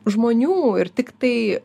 žmonių ir tik tai